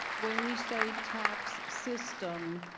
when we say tax system,